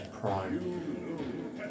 prime